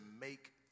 make